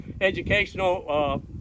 educational